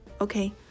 Okay